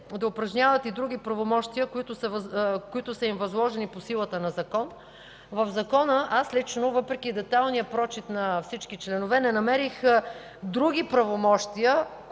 да упражняват и други правомощия, които са им възложени по силата на закон. В закона аз лично, въпреки детайлния прочит на всички членове, не намерих други правомощия,